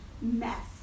mess